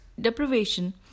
deprivation